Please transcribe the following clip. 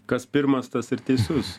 kas pirmas tas ir teisus